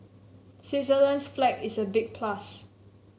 Switzerland's flag is a big plus